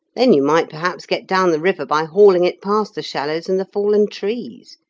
then you might perhaps get down the river by hauling it past the shallows and the fallen trees.